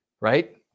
right